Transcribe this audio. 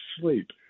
sleep